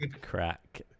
Crack